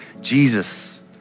Jesus